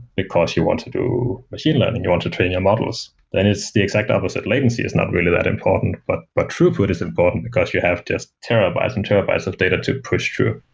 because you want to do machine learning, you want to train your models, then it's the exact opposite. latency is not really that important, but but throughput is important, because you have just terabytes and terabytes of data to push through.